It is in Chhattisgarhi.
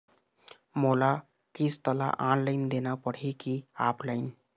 मोला किस्त ला ऑनलाइन देना पड़ही की ऑफलाइन?